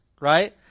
right